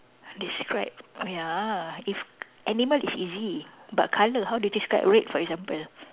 describe !aiya! if animal is easy but colour how do you describe red for example